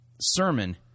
sermon